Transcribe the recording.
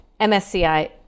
MSCI